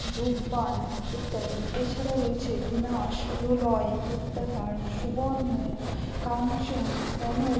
রূপবান ইত্যাদি এছাড়াও রয়েছে বিনাশ প্রলয় প্রত্যাহার সুবর্ণ কাঞ্চন কনক